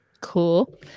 Cool